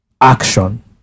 action